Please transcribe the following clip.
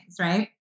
right